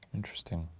interesting.